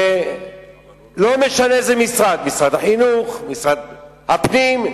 לא משנה מאיזה משרד, משרד החינוך, משרד הפנים,